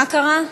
מה קרה?